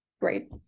great